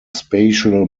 spatial